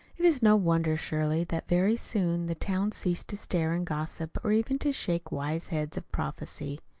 it is no wonder, surely, that very soon the town ceased to stare and gossip, or even to shake wise heads of prophecy.